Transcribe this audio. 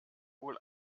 wohl